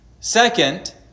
Second